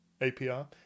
APR